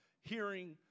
hearing